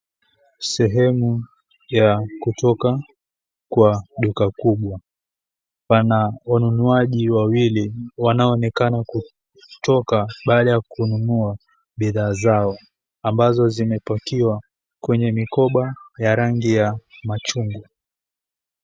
Sehemu ya kutoka kwa duka kubwa. Pana wanunuaji wawili wanaonekana kutoka baada ya kununua bidhaa zao, ambazo zimepakiwa kwenye mikoba ya rangi ya machungwa.